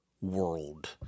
world